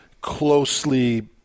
closely